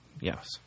Yes